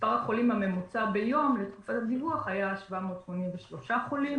מספר החולים הממוצע ביום היה 783 חולים,